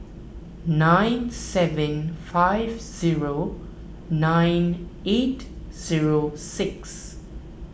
nine seven five zero nine eight zero six